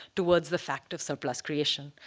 towards the fact of surplus creation.